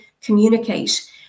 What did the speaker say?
communicate